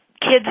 kids